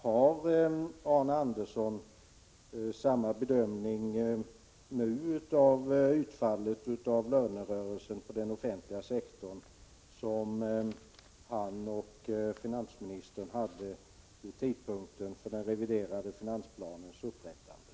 Gör Arne Andersson samma bedömning nu av utfallet av lönerörelsen på den offentliga sektorn som han och finansministern gjorde vid tidpunkten för upprättandet av den reviderade finansplanen?